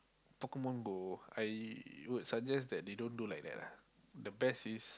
Pokemon Go I would suggest that they don't do like that ah the best is